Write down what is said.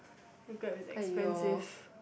Grab is expensive